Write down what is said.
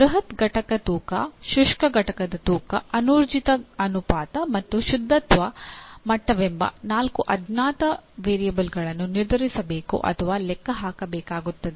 ಬೃಹತ್ ಘಟಕ ತೂಕ ಶುಷ್ಕ ಘಟಕದ ತೂಕ ಅನೂರ್ಜಿತ ಅನುಪಾತ ಮತ್ತು ಶುದ್ಧತ್ವ ಮಟ್ಟವೆಂಬ 4 ಅಜ್ಞಾತ ವೇರಿಯಬಲ್ಗಳನ್ನು ನಿರ್ಧರಿಸಬೇಕು ಅಥವಾ ಲೆಕ್ಕ ಹಾಕಬೇಕಾಗುತ್ತದೆ